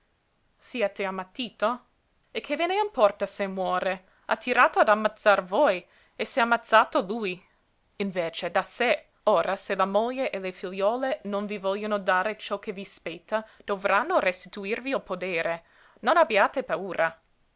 videro piangere siete ammattito e che ve ne importa se muore ha tirato ad ammazzar voi e s'è ammazzato lui invece da sé ora se la moglie e le figliuole non vi vogliono dare ciò che vi spetta dovranno restituirvi il podere non abbiate paura